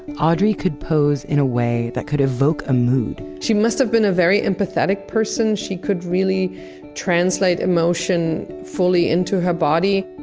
audrey could pose in a way that could evoke a mood she must have been a very empathetic person. she could really translate emotion fully into her body.